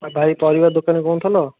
ଭାଇ ପରିବା ଦୋକାନୀ କହୁଁଥିଲ